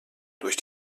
durch